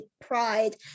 pride